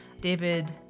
David